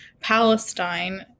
Palestine